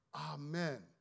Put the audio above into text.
amen